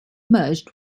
merged